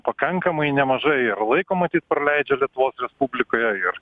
pakankamai nemažai ir laiko matyt praleidžia lietuvos respublikoje ir